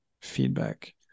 feedback